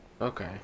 Okay